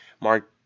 Mark